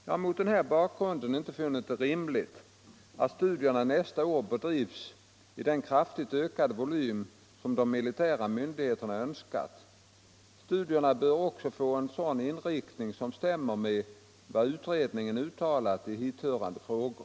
Jag har mot den här bakgrunden inte funnit det rimligt att studierna nästa år bedrivs i den kraftigt ökade volym som de militära myndigheterna önskat. Studierna bör också få en sådan inriktning som stämmer med vad utredningen uttalat i hithörande frågor.